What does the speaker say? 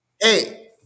Hey